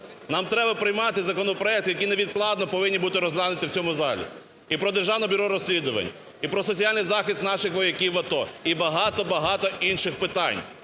Нам треба приймати законопроекти, які невідкладно повинні бути розглянуті в цьому залі – і про Державне бюро розслідувань, і про соціальний захист наших вояків АТО, і багато, багато інших питань.